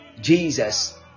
Jesus